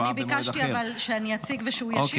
אז אני ביקשתי שאני אציג והוא ישיב.